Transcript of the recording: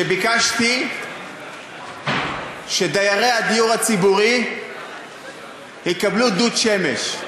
ובה ביקשתי שדיירי הדיור הציבורי יקבלו דוד שמש.